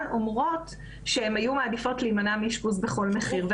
אומרות שהן היו מעדיפות להימנע מאשפוז בכל מחיר.